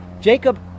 Jacob